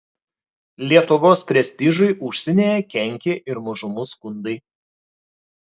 lietuvos prestižui užsienyje kenkė ir mažumų skundai